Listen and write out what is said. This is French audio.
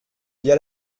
via